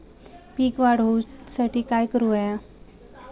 पीक वाढ होऊसाठी काय करूक हव्या?